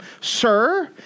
Sir